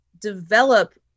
develop